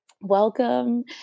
Welcome